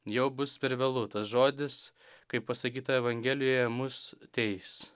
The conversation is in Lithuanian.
jau bus per vėlu tas žodis kaip pasakyta evangelijoje mus teis